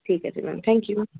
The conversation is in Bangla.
ঠিক আছে ম্যাম থ্যাঙ্ক ইউ